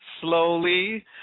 slowly